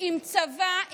עם צבא,